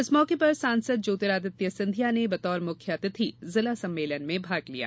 इस मौके पर सांसद ज्योतिरादित्य सिंधिया ने बतौर मुख्य अतिथि जिला सम्मेलन में भाग लिया